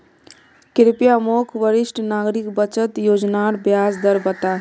कृप्या मोक वरिष्ठ नागरिक बचत योज्नार ब्याज दर बता